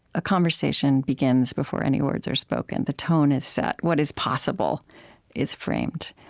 a conversation begins before any words are spoken. the tone is set. what is possible is framed.